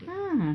ah